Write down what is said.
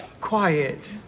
Quiet